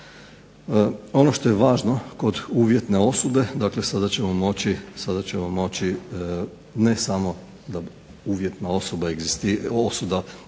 Ono što je važno kod uvjetne osude, dakle sada ćemo moći ne samo da uvjetna osuda egzistira sama za